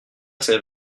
s’est